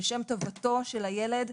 בשם טובתו של הילד,